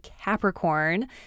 Capricorn